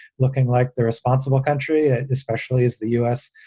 looking like the responsible country, ah especially as the u s.